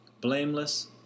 blameless